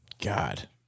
God